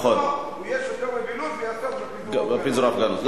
ולא יהיה שוטר בבילוש ויעסוק בפיזור הפגנות.